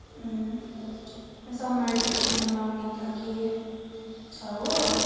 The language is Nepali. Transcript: समर भ्याकेसनमा लाउने खालको छ हो